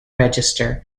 register